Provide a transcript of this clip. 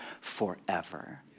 forever